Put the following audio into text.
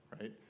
right